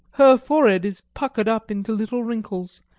her forehead is puckered up into little wrinkles,